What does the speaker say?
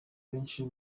benshi